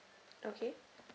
okay